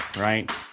right